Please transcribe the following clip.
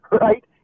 right